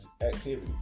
activity